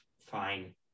fine